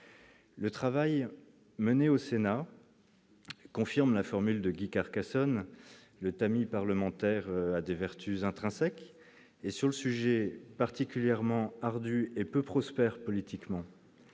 Le travail mené au Sénat. Confirme la formule de Guy Carcassonne, le tamis parlementaire a des vertus intrinsèques et sur le sujet particulièrement ardue et peu prospère politiquement